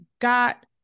got